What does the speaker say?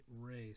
race